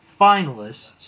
finalists